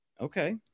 Okay